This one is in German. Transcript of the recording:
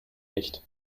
nicht